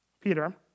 Peter